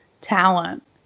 talent